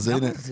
למה?